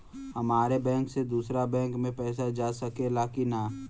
हमारे बैंक से दूसरा बैंक में पैसा जा सकेला की ना?